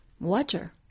water